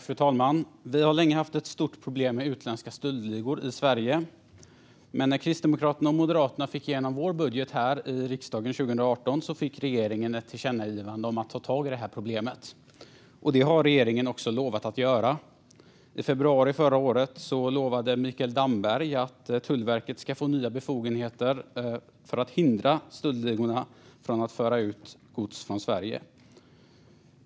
Fru talman! Vi har länge haft ett stort problem med utländska stöldligor i Sverige. Men när vi från Kristdemokraterna och Moderaterna fick igenom vår budget här i riksdagen 2018 fick regeringen ett tillkännagivande om att ta tag i det här problemet. Det har regeringen också lovat att göra. I februari förra året lovade Mikael Damberg att Tullverket skulle få nya befogenheter för att hindra stöldligorna från att föra ut gods från Sverige.